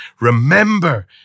Remember